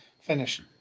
finish